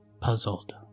puzzled